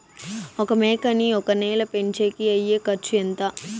ఒక మేకని ఒక నెల పెంచేకి అయ్యే ఖర్చు ఎంత?